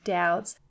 doubts